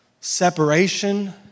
separation